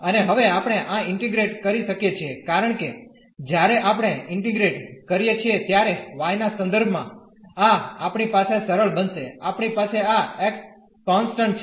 અને હવે આપણે આ ઇન્ટીગ્રેટ કરી શકીએ છીએ કારણ કે જ્યારે આપણે ઇન્ટીગ્રેટ કરીએ છીએ ત્યારે y ના સંદર્ભમાં આ આપણી પાસે સરળ બનશે આપણી પાસે આ x કોન્સટન્ટ છે